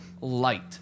light